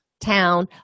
town